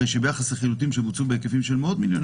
הרי שביחס לחילוטים שבוצעו בהיקפים של מאות מיליוני